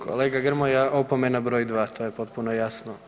Kolega Grmoja, opomena br. 2, to je potpuno jasno.